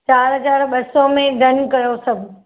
चारि हज़ार ॿ सौ में डन कयो सभु